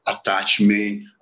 attachment